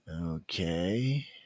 Okay